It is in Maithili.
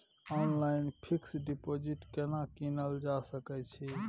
ऑनलाइन फिक्स डिपॉजिट केना कीनल जा सकै छी?